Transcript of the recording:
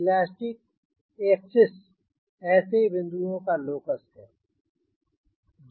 elastic axis ऐसे बिंदुओं का लोकस है